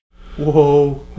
Whoa